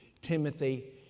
Timothy